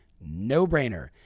no-brainer